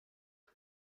who